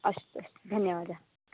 अस्तु धन्यवादः